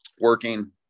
working